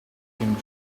him